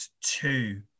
two